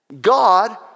God